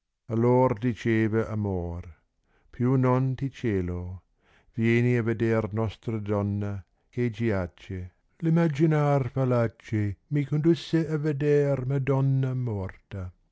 allor diceva amor più non ti celo tieni a veder nostra donna che giace imaginar volate mi condasse a veder madonna morta